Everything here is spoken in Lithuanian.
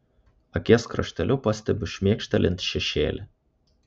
akies krašteliu pastebiu šmėkštelint šešėlį